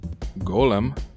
Golem